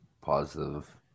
positive